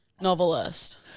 novelist